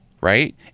right